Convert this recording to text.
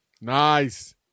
Nice